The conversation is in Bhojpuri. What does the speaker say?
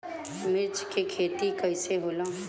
मिर्च के खेती कईसे होला?